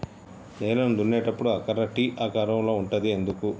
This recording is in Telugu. నేలను దున్నేటప్పుడు ఆ కర్ర టీ ఆకారం లో ఉంటది ఎందుకు?